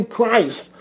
Christ